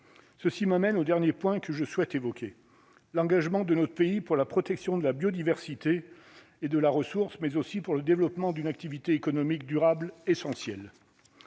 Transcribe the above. ceci m'amène au dernier point que je souhaite évoquer l'engagement de notre pays pour la protection de la biodiversité et de la ressource, mais aussi pour le développement d'une activité économique durable essentiel